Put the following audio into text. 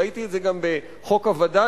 ראיתי את זה גם בחוק הווד"לים,